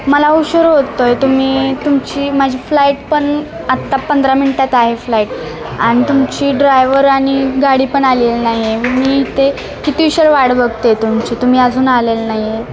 मला उशीर होतो आहे तुम्ही तुमची माझी फ्लाईट पण आत्ता पंधरा मिनटात आहे फ्लाईट आणि तुमची ड्रायवर आणि गाडी पण आलेली नाही आहे मी ते किती उशीर वाट बघते तुमची तुम्ही अजून आलेले नाही आहे